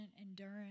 endurance